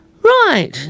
Right